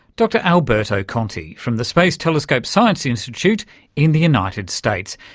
dr alberto conti from the space telescope science institute in the united states,